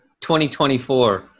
2024